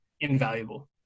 invaluable